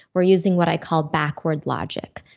we're using what i call backward logic.